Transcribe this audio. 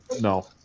No